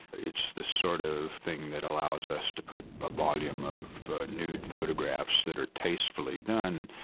it's the sort of thing that allows us to put a volume of nude photographs that are tastefully done,